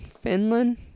Finland